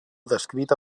descrita